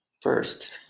first